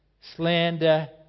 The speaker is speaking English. slander